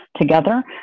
together